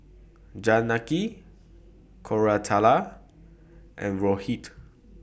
Janaki Koratala and Rohit